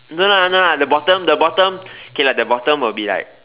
no no no at the bottom the bottom okay like the bottom will be like